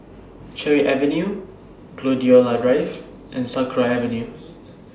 Cherry Avenue Gladiola Drive and Sakra Avenue